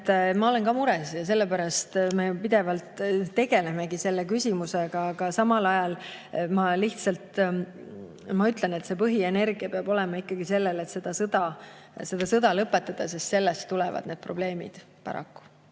ma olen ka mures ja selle pärast me pidevalt tegelemegi selle küsimusega. Aga samal ajal ma ütlen, et põhienergia peab olema ikkagi sellel, et seda sõda lõpetada, sest sellest tulevad need probleemid paraku.